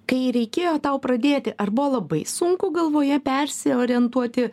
kai reikėjo tau pradėti ar buvo labai sunku galvoje persiorientuoti